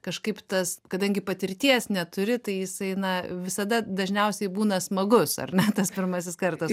kažkaip tas kadangi patirties neturi tai jisai na visada dažniausiai būna smagus ar ne tas pirmasis kartas